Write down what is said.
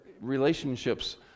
relationships